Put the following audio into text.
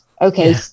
okay